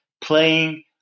playing